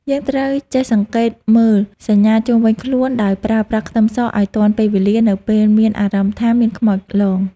យើងត្រូវចេះសង្កេតមើលសញ្ញាជុំវិញខ្លួនហើយប្រើប្រាស់ខ្ទឹមសឱ្យទាន់ពេលវេលានៅពេលមានអារម្មណ៍ថាមានខ្មោចលង។